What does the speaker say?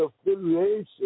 affiliation